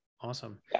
Awesome